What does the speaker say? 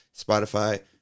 Spotify